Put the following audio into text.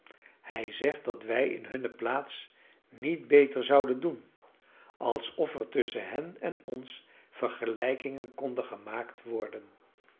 hij zegt dat wij in hunne plaats niet beter zouden doen alsof er tusschen hen en ons vergelijkingen konden gemaakt worden